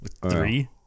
Three